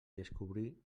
descobrir